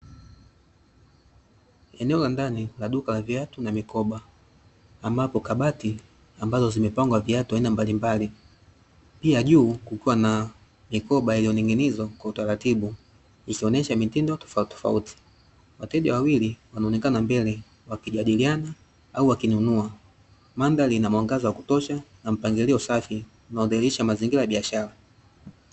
Eneo la ndani la duka na viatu na mikoba, ambapo kabati ambazo zimepangwa viatu mbalimbali, pia juu kukiwa na mikoba iliyoning'inizwa kwa utaratibu, ikionyesha mitindo tofautitofauti, wateja wawili wanaonekana mbele wakijadiliana au wakinunua. Mandhari ina mwangaza wa kutosha na mpangilio safi unaodhihirisha mazingira ya biashara.